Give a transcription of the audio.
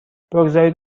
بگذارید